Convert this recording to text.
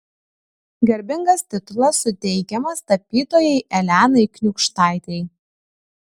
garbingas titulas suteikiamas tapytojai elenai kniūkštaitei